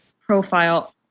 profile